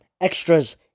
extra's